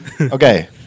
Okay